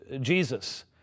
Jesus